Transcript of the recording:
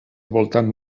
voltant